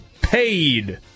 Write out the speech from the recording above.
paid